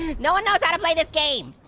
no one knows how to play this game.